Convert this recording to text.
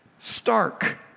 stark